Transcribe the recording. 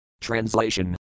Translation